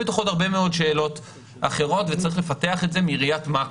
בתוכה עוד הרבה מאוד שאלות אחרות וצריך לפתח את זה מראיית מקרו,